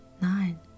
nine